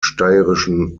steirischen